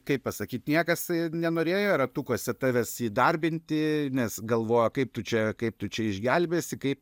kaip pasakyt niekas nenorėjo ratukuose tavęs įdarbinti nes galvojo kaip tu čia kaip tu čia išgelbėsi kaip